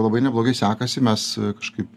labai neblogai sekasi mes kažkaip